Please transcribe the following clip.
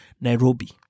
Nairobi